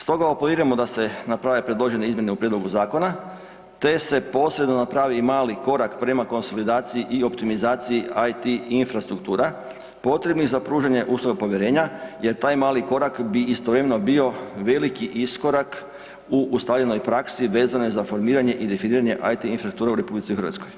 Stoga apeliramo da se naprave predložene izmjene u prijedlogu zakona, te se posredno napravi i mali korak prema konsolidaciji i optimizaciji IT infrastruktura potrebnih za pružanje usluga povjerenja jer taj mali korak bi istovremeno bio veliki iskorak u ustaljenoj praksi vezanoj za formiranje i definiranje IT infrastruktura u RH.